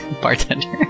bartender